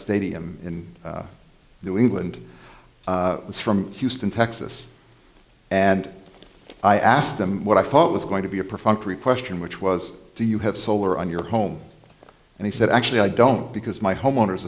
stadium in new england is from houston texas and i asked him what i thought was going to be a perfunctory question which was do you have solar on your home and he said actually i don't because my homeowner